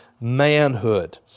Manhood